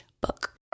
book